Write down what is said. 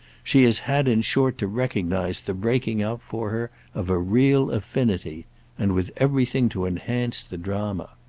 she has had in short to recognise the breaking out for her of a real affinity and with everything to enhance the drama.